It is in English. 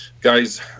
Guys